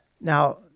Now